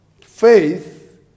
Faith